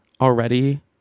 already